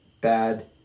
bad